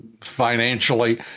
financially